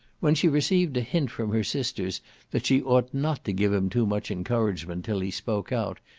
when she received a hint from her sisters that she ought not to give him too much encouragement till he spoke out,